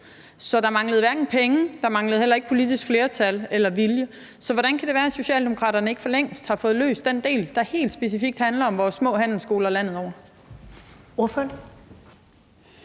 Så der manglede hverken penge, politisk flertal eller vilje. Så hvordan kan det være, at Socialdemokraterne ikke for længst har fået løst den del, der helt specifikt handler om vores små handelsskoler landet over? Kl.